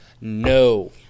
No